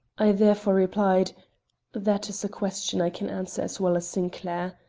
i therefore replied that is a question i can answer as well as sinclair.